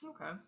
Okay